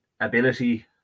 ability